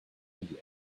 idea